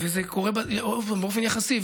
עוד פעם, באופן יחסי.